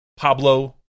Pablo